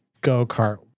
go-kart